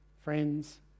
friends